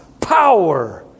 power